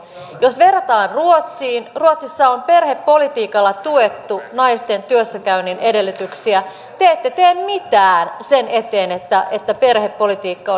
jos verrataan ruotsiin ruotsissa on perhepolitiikalla tuettu naisten työssäkäynnin edellytyksiä te ette tee mitään sen eteen että että perhepolitiikka